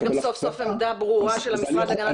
יש גם סוף סוף עמדה של המשרד להגנת הסביבה בעניין.